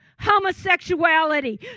homosexuality